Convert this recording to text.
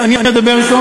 אני אדבר אתו.